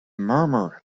murmur